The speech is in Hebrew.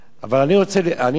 אבל אני רוצה לומר,